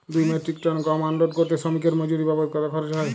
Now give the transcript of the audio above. দুই metric ton গম unload করতে শ্রমিক এর মজুরি বাবদ কত খরচ হয়?